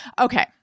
Okay